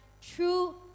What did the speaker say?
true